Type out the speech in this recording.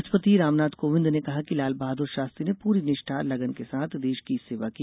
राष्ट्रपति रामनाथ कोविन्द ने कहा कि लाल बहादुर शास्त्री ने पूरी निष्ठा लगन के साथ देश की सेवा की